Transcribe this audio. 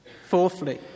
Fourthly